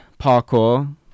parkour